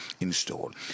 installed